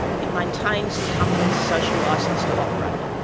it maintains the companies' social licence to operate.